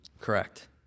Correct